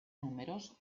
números